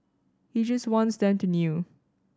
he just wants them to kneel